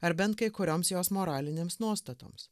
ar bent kai kurioms jos moralinėms nuostatoms